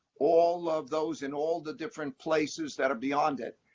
all of those in all the different places that are beyond it.